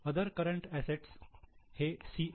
other current assets हे C